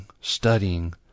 studying